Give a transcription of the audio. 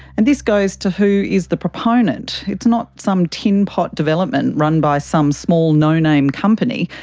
and this goes to who is the proponent. it's not some tin pot development run by some small no-name company.